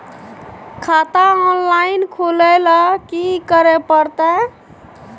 खाता ऑनलाइन खुले ल की करे परतै?